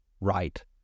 right